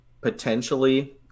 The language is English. potentially